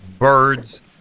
birds